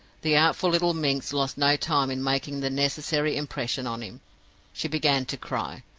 the artful little minx lost no time in making the necessary impression on him she began to cry.